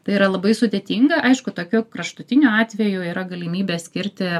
tai yra labai sudėtinga aišku tokiu kraštutiniu atveju yra galimybė skirti